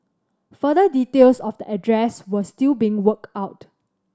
further details of the address were still being worked out